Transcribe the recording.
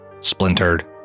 splintered